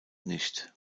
nicht